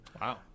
Wow